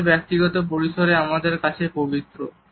আমাদের ব্যক্তিগত পরিসরে আমাদের কাছে পবিত্র